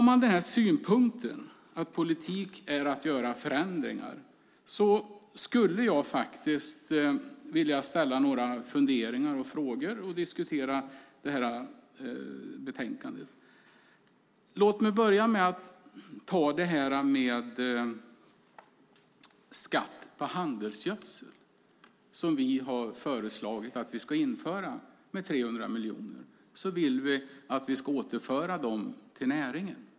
Med inställningen att politik är att göra förändringar vill jag ställa några frågor och diskutera betänkandet. Vi har till exempel frågan om skatt på handelsgödsel som vi har föreslagit att vi ska införa med 300 miljoner. Vi vill att de ska återföras till näringen.